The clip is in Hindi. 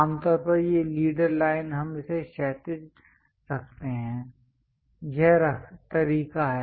आमतौर पर ये लीडर लाइन हम इसे क्षैतिज रखते हैं यह तरीका है